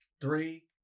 Three